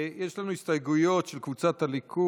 יש לנו הסתייגויות של קבוצת סיעת הליכוד,